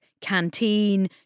canteen